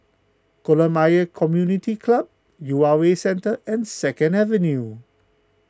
Kolam Ayer Community Club U R A Centre and Second Avenue